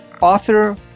author